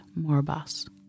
Morbas